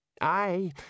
I